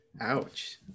Ouch